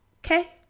Okay